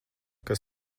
kas